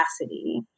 capacity